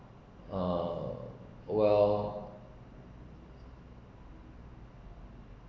uh well